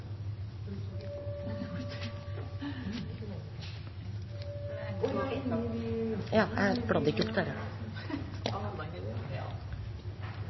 Stortinget. Dette er blant dei